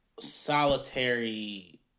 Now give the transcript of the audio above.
solitary